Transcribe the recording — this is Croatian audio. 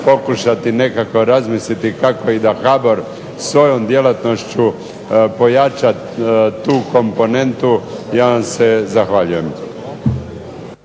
pokušati nekako razmisliti kako da HBOR svojom djelatnošću pojača tu komponentu. Ja vam se zahvaljujem.